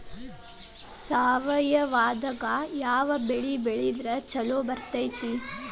ಸಾವಯವದಾಗಾ ಯಾವ ಬೆಳಿ ಬೆಳದ್ರ ಛಲೋ ಬರ್ತೈತ್ರಿ?